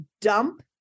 dump